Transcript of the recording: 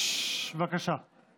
אני מכיר את מאיר לא מהיום,